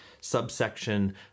subsection